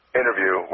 interview